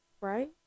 Right